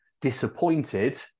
disappointed